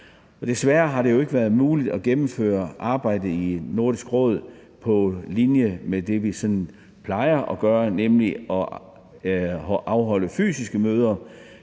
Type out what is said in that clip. Desværre har det jo ikke været muligt at gennemføre arbejdet i Nordisk Råd på linje med det, vi plejer at gøre, nemlig at afholde fysiske møder.